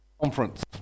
Conference